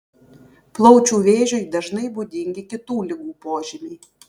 plaučių vėžiui dažnai būdingi kitų ligų požymiai